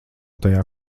tajā